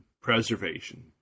preservation